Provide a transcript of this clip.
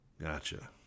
Gotcha